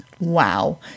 Wow